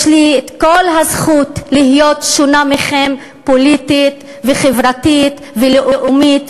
יש לי כל הזכות להיות שונה מכם פוליטית וחברתית ולאומית,